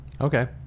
okay